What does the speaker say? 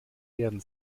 werden